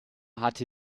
hatte